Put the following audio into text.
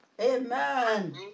Amen